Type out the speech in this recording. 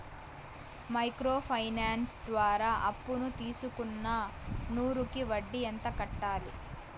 Micro finance ద్వారా అప్పును తీసుకున్న నూరు కి వడ్డీ ఎంత కట్టాలి?